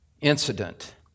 incident